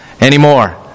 anymore